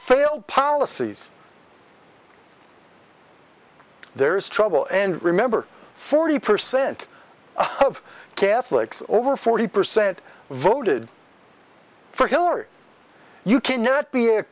failed policies there is trouble and remember forty percent of catholics over forty percent voted for hillary you cannot be